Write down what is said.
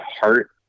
heart